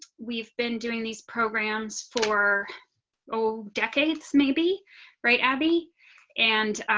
we've been doing these programs for oh decades, maybe right abby and